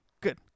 good